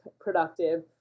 productive